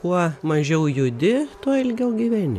kuo mažiau judi tuo ilgiau gyveni